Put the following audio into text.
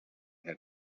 had